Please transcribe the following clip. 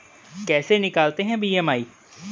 कैसे निकालते हैं बी.एम.आई?